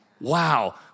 Wow